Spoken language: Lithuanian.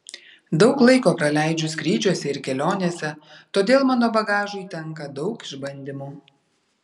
daug laiko praleidžiu skrydžiuose ir kelionėse todėl mano bagažui tenka daug išbandymų